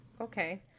okay